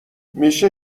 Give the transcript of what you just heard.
میشه